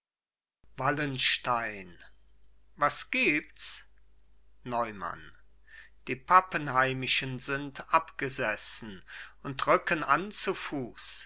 wallenstein was gibts neumann die pappenheimischen sind abgesessen und rücken an zu fuß